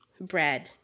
bread